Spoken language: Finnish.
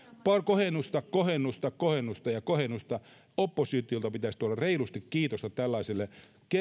on kohennusta kohennusta kohennusta ja kohennusta oppositiolta pitäisi tulla reilusti kiitosta tällaiselle